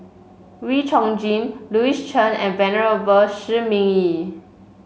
Wee Chong Jin Louis Chen and Venerable Shi Ming Yi